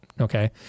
Okay